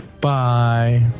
Bye